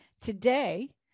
today